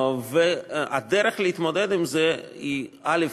והדרך להתמודד עם זה היא: א.